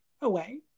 away